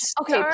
okay